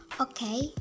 Okay